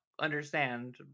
understand